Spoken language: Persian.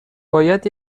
باید